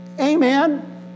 Amen